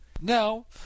Now